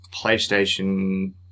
PlayStation